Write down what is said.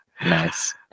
nice